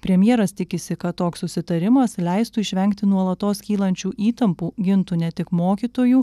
premjeras tikisi kad toks susitarimas leistų išvengti nuolatos kylančių įtampų gintų ne tik mokytojų